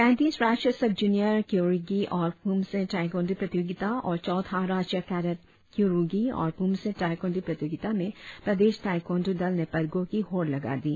पैंतीस राष्ट्रीय sub junior kyorugi और पूमसे ताईक्वांडू प्रतियोगिता और चौथा राष्ट्रीय कैडट क्योरुगी और पूमसे ताईक्वांडू प्रतियोगिता में प्रदेश ताईक्वांडू दल ने पदको की होड़ लगा दी